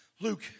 Luke